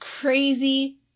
crazy